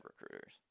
recruiters